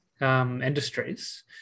industries